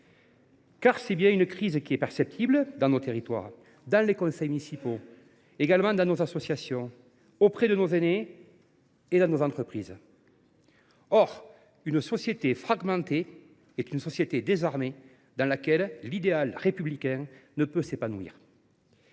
local. Cette crise est perceptible dans nos territoires, que ce soit dans les conseils municipaux, dans nos associations, auprès de nos aînés ou même dans nos entreprises. Or une société fragmentée est une société désarmée dans laquelle l’idéal républicain ne peut pas s’épanouir.